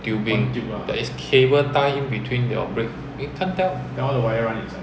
tubing that is cable tie in between your brake can't tell